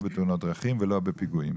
לא בתאונות דרכים ולא בפיגועים.